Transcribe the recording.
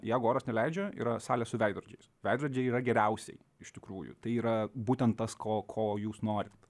jeigu oras neleidžia yra salė su veidrodžiais veidrodžiai yra geriausiai iš tikrųjų tai yra būtent tas ko ko jūs norit